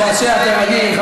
משעשע, כרגיל.